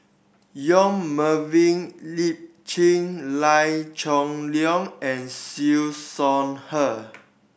Yong Melvin Chye Liew Geok Leong and Siew Shaw Her